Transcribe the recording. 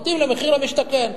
מתאים למחיר למשתכן.